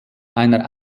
einer